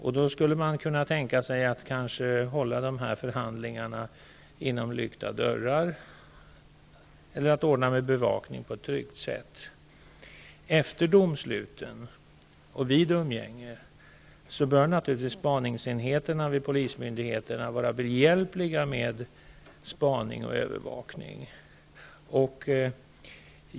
Man skulle då kunna tänka sig att hålla dessa förhandlingar inom lyckta dörrar eller ordna med bevakning på ett tryggt sätt. Efter domsluten och vid umgänge bör naturligtvis spaningsenheterna vid polismyndigheterna vara behjälpliga med spaning och övervakning.